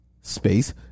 Space